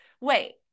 wait